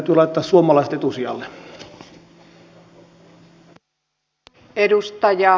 meidän täytyy laittaa suomalaiset etusijalle